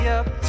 up